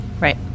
Right